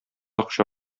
акча